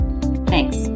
Thanks